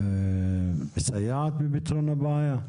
מסייעת בפתרון הבעיה?